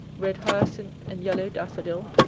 red hyacinth, and yellow daffodil,